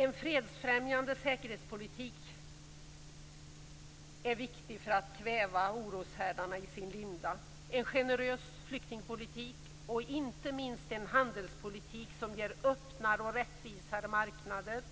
En fredsfrämjande säkerhetspolitik är viktig för att kväva oroshärdarna i sin linda. En generös flyktingpolitik behövs och inte minst en handelspolitik som ger öppnare och rättvisare marknader,